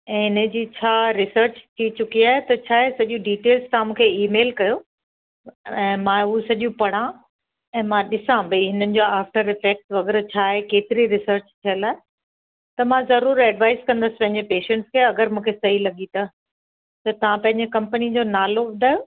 ऐं इन जी छा रिसर्च थी चुकी आहे त छा आहे सॼियूं डिजेल्स तव्हां मूंखे ईमेल कयो ऐं मां हो सॼियूं पढ़ा ऐं मां ॾिसा भाई इन्हनि जो आफ्टर इफैक्ट वग़ैरह छा आहे केतिरी रिसर्च थियल आहे त मां ज़रूर एडवाइज कंदसि पंहिंजे पैंशट्स खे अगरि मूंखे सही लॻी त त तव्हां पंहिंजे कंपनी जो नालो ॿुधायो